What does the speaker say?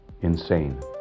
insane